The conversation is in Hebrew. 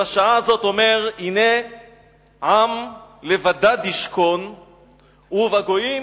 ובשעה הזאת אומר: "הן עם לבדד ישכן ובגוים